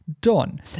done